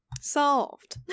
Solved